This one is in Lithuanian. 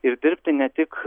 ir dirbti ne tik